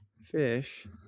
fish